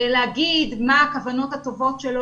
להגיד מה הכוונות הטובות שלו,